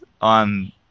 on